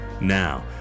now